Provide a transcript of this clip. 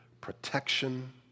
protection